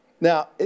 Now